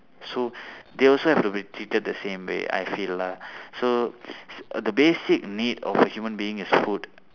so they also have to be treated the same way I feel lah so the basic need of human being is food